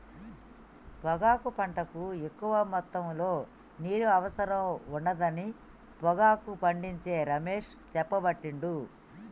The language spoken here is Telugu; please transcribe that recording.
పొగాకు పంటకు ఎక్కువ మొత్తములో నీరు అవసరం ఉండదని పొగాకు పండించే రమేష్ చెప్పబట్టిండు